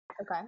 Okay